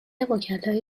وکلای